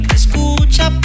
escucha